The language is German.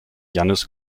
jannis